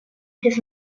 his